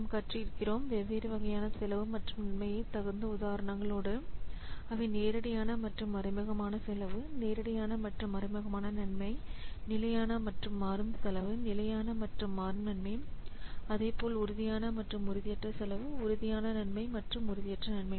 நாம் கற்று இருக்கிறோம் வெவ்வேறு வகையான செலவு மற்றும் நன்மையை தகுந்த உதாரணங்களோடு அவை நேரடியான மற்றும் மறைமுகமான செலவு நேரடியான மற்றும் மறைமுகமான நன்மை நிலையான மற்றும் மாறும் செலவு நிலையான மற்றும் மாறும் நன்மை அதேபோல் உறுதியான மற்றும் உறுதியற்ற செலவு உறுதியான நன்மை மற்றும் உறுதியற்ற நன்மை